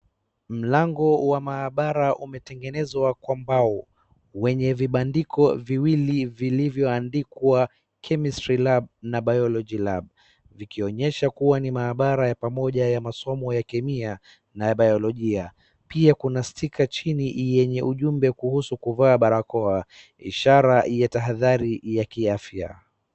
Mlango wa maabara umetengenezwa kwa bao wenye vibandiko viwili vilivyoandikwa chemistry lab na biology lab . Vikionyesha kuwa ni maabara ya pamoja ya masomo ya kemia na ya bayolojia. Pia kuna sticker chini yenye ujumbe kuhusu kuvaa barakoa ishara ya tahadhari ya kiafia.